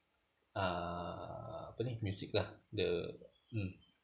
uh apa ni music lah the mm